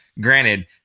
Granted